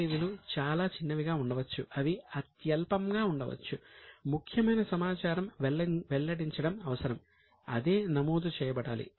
దానిని సరిగా వెల్లడించాలి